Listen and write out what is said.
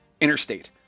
interstate